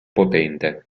potente